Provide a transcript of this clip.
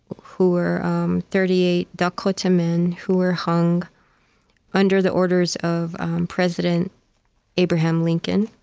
who were um thirty eight dakota men who were hung under the orders of president abraham lincoln